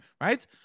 right